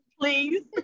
Please